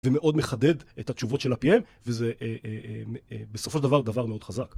ומאוד מחדד את התשובות של ה pm וזה בסופו של דבר דבר מאוד חזק.